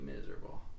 miserable